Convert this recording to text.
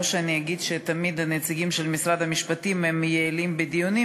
לא שאני אגיד שתמיד הנציגים של משרד המשפטים הם יעילים בדיונים,